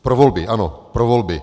Pro volby, ano pro volby.